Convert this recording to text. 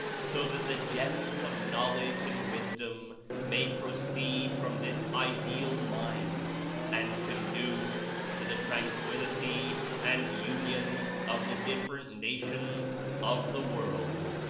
so that the gems of knowledge and wisdom may proceed from this ideal mine and conduce to the tranqulllitv and union of the different nations of the world.